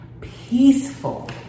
peaceful